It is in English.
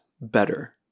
better